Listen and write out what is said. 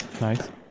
nice